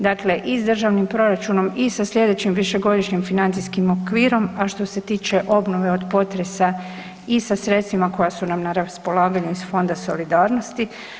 Dakle i s državnim proračunom i sa sljedećim višegodišnjim financijskim okvirom, a što se tiče obnove od potresa i sa sredstvima koja su nam na raspolaganju iz Fonda solidarnosti.